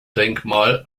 denkmal